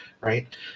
Right